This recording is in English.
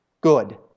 good